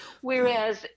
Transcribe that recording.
Whereas